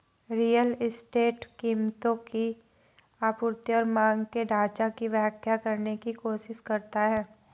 real estate कीमतों की आपूर्ति और मांग के ढाँचा की व्याख्या करने की कोशिश करता है